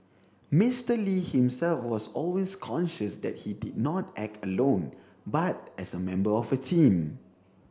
Mister Lee himself was always conscious that he did not act alone but as a member of a team